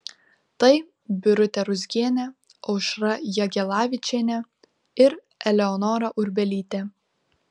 tai birutė ruzgienė aušra jagelavičienė ir eleonora urbelytė